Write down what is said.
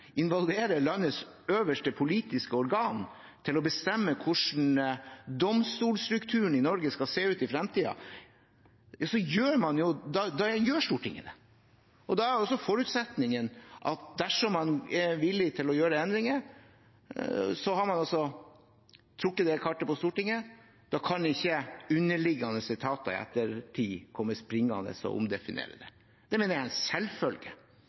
landets øverste politiske organ, til å bestemme hvordan domstolstrukturen i Norge skal se ut i fremtiden, gjør Stortinget det. Da er også forutsetningen at dersom man er villig til å gjøre endringer, har man trukket opp det kartet i Stortinget, og da kan ikke underliggende etater i ettertid komme springende og omdefinere det. Det mener jeg er en selvfølge.